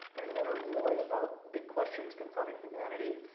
and that are really about big questions confronting humanity,